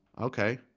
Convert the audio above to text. okay